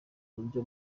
uburyo